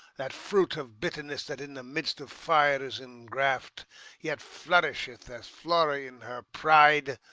that fruit of bitterness, that in the midst of fire is ingraff'd, yet flourisheth, as flora in her pride,